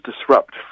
Disrupt